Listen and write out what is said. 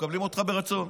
היו מקבלים אותך ברצון.